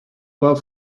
war